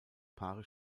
paare